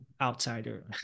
outsider